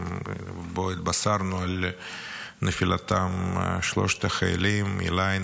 ובו התבשרנו על נפילתם של שלושת החיילים איליי,